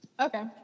Okay